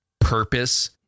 purpose